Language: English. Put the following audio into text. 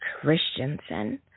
Christensen